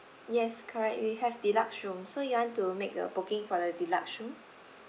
yes correct we have deluxe room so you want to make a booking for the deluxe room